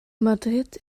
madrid